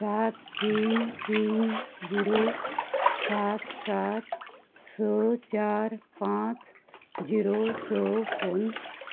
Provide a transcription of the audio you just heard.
सात तीन तीन जिरो सात सात स चार पांच जिरो स फोन